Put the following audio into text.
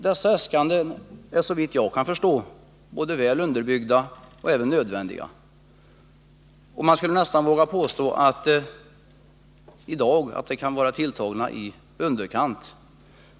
Dessa äskanden är, såvitt jag kan förstå, både väl underbyggda och nödvändiga. Man skulle i dag nästan våga påstå att de kan vara tilltagna i underkant.